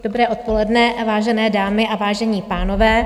Dobré odpoledne, vážené dámy a vážení pánové.